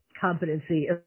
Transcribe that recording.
competency